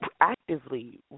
actively